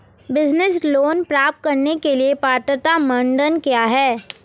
Business loan प्राप्त करने के लिए पात्रता मानदंड क्या हैं?